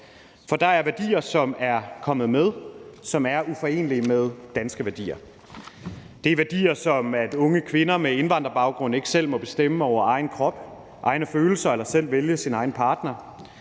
For der er værdier, som er kommet med, som er uforenelige med danske værdier. Det er værdier som, at unge kvinder med indvandrerbaggrund ikke selv må bestemme over egen krop, egne følelser, eller selv vælge egen partner,